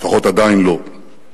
לפחות עדיין לא.